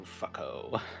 fucko